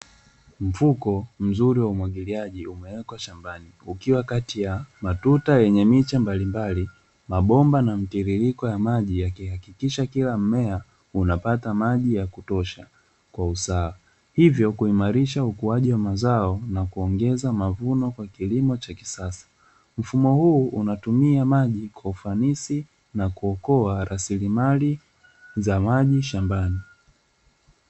Mfumo o mzuri wa umwagiliaji umewekwa shambani ukiwa kati ya matunda yenye miche mbalimbali mabomba na mtiririko ya maji ya kuhakikisha kila mmea unapata maji ya kutosha kwa usaha hivyo kuimarisha ukuaji wa mazao na kuongeza mavuno kwenye kilimo cha kisasa mfumo huu unatumia maji kwa ufanisi na kuokoa rasilimali za maji shambani.